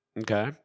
Okay